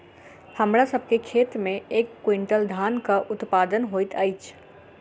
हमरा सभ के खेत में एक क्वीन्टल धानक उत्पादन होइत अछि